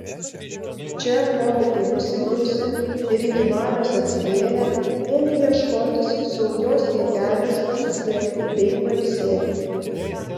čia hobitai nusiprausė ir iki valios atsigėrę ėmė ieškotis saugios vietelės pasislėpti bei pailsėti